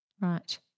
Right